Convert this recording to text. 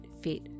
fit